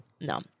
No